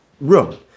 room